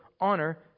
honor